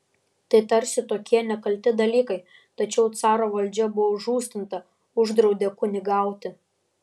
tai tarsi tokie nekalti dalykai tačiau caro valdžia buvo užrūstinta uždraudė kunigauti